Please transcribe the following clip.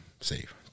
safe